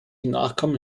nachkommen